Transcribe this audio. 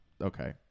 Okay